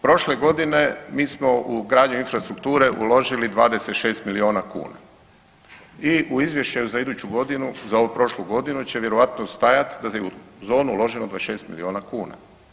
Prošle godine, mi smo u gradnju infrastrukture uložili 26 milijuna kuna i u izvješće za iduću godinu za ovu prošlu godinu će vjerojatno stajati da je u zonu uloženo 26 milijuna kuna.